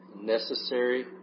Necessary